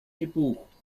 gebucht